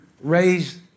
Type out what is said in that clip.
raise